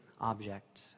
object